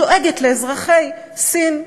דואגת לאזרחי סין,